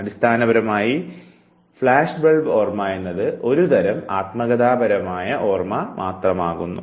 അടിസ്ഥാനപരമായി flash bulb ഓർമ്മ എന്നത് ഒരു തരം ആത്മകഥാപരമായ ഓർമ്മ മാത്രമാകുന്നു